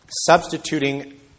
Substituting